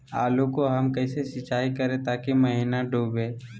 आलू को हम कैसे सिंचाई करे ताकी महिना डूबे?